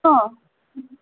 आ